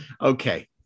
Okay